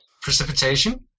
Precipitation